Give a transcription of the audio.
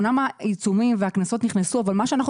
אמנם העיצומים והקנסות נכנסו אבל מה שאנחנו